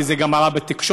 כי זה גם עלה בתקשורת,